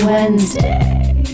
Wednesday